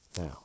now